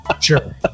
Sure